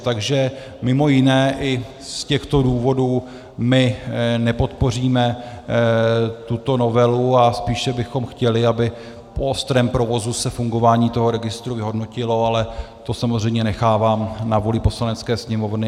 Takže mimo jiné i z těchto důvodů my nepodpoříme tuto novelu a spíše bychom chtěli, aby po ostrém provozu se fungování toho registru vyhodnotilo, ale to samozřejmě nechávám na vůli Poslanecké sněmovny.